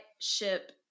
ship